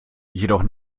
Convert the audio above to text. jedoch